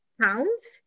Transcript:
pounds